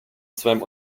svém